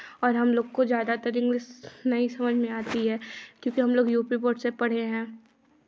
और हमलोग को ज़्यादातर इंग्लिश नहीं समझ में आती है क्योंकि हम यू पी बोर्ड से पढ़े हैं